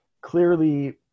clearly